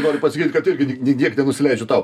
noriu pasakyt kad irgi tik nediek nenusileisiu tau